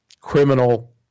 criminal